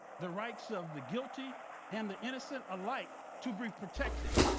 the rights of the guilty and the innocent alike to be protected,